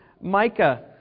Micah